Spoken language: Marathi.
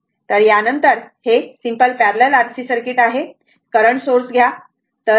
तर या नंतर हे simple parallel R C circuit आहे करंट सोर्स घ्या